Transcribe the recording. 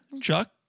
Chuck